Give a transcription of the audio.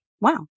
Wow